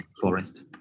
forest